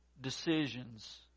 decisions